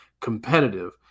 competitive